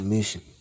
Mission